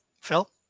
Phil